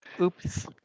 oops